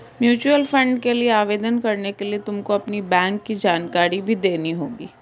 mutual fund के लिए आवेदन करने के लिए तुमको अपनी बैंक की जानकारी भी देनी होगी